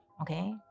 okay